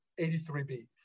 83b